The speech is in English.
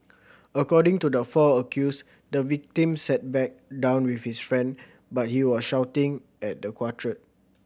according to the four accused the victim sat back down with his friend but he was shouting at the quartet